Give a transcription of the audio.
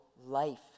life